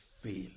fail